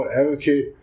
advocate